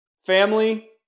Family